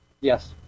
Yes